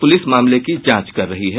police मामले की जांच कर रही है